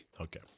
Okay